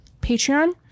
Patreon